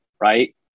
Right